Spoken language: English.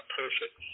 perfect